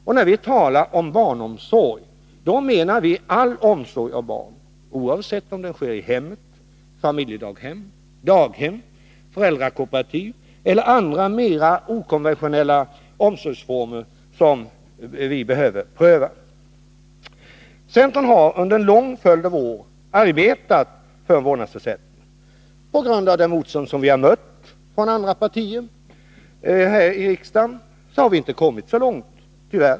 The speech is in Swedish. Och när vi talar om barnomsorg menar vi all omsorg av barn — oavsett om den sker i hemmet, i familjedaghem, i daghem, i föräldrakooperativ eller i andra, mera okonventionella omsorgsformer, som vi behöver pröva. Centern har under en lång följd av år arbetat för en vårdnadsersättning. På grund av det motstånd vi mött från andra partier här i riksdagen har vi inte kommit så långt tyvärr.